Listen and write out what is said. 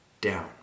down